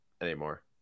anymore